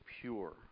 pure